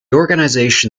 organization